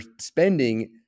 spending